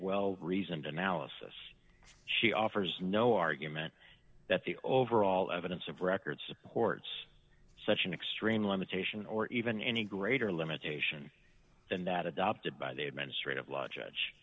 well reasoned analysis she offers no argument that the overall evidence of record supports such an extreme limitation or even any greater limitation than that adopted by the administrate of law judge